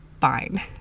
fine